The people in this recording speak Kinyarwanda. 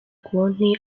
konti